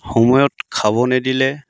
সময়ত খাব নিদিলে